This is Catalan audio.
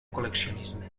col·leccionisme